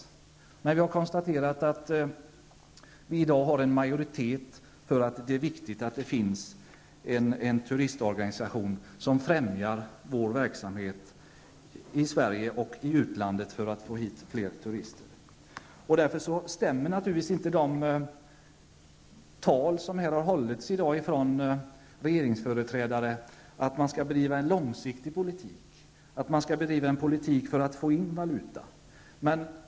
Men vi har konstaterat att det i dag föreligger majoritet för att det är viktigt att det finns en organisation som arbetar för att få hit fler turister. Därför stämmer naturligtvis inte det som i dag har sagts av regeringens företrädare, att man skall bedriva en långsiktig politik och en politik för att få in valuta.